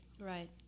Right